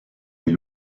les